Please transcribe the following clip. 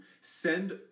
send